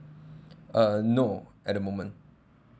uh no at the moment